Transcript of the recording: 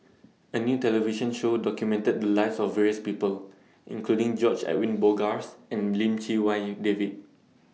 A New television Show documented The Lives of various People including George Edwin Bogaars and Lim Chee Wai David